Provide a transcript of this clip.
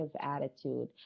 attitude